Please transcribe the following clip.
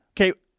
Okay